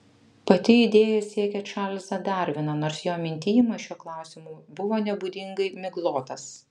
pati idėja siekia čarlzą darviną nors jo mintijimas šiuo klausimu buvo nebūdingai miglotas